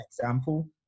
example